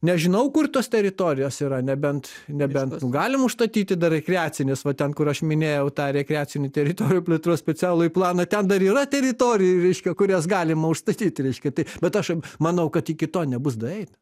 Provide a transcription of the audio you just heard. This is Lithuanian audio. nežinau kur tos teritorijos yra nebent nebent nu galim užstatyti dar rekreacines va ten kur aš minėjau tą rekreacinių teritorijų plėtros specialųjį planą ten dar yra teritorijų reiškia kurias galima užstatyti reiškia tai bet aš manau kad iki to nebus daeita